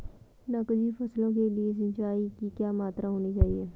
नकदी फसलों के लिए सिंचाई की क्या मात्रा होनी चाहिए?